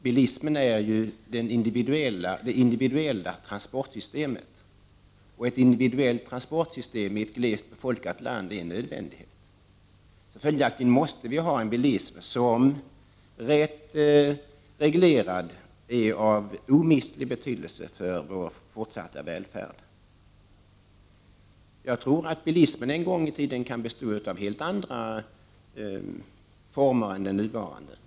Bilismen är ju det individuella transportsystemet, och ett individuellt transportsystem i ett glest befolkat land är nödvändigt. Följaktligen måste vi ha en bilism, och rätt reglerad är den av omistlig betydelse för vår fortsatta välfärd. Jag tror att bilismen en gång i tiden kan komma att se ut på ett helt annat sätt än för närvarande.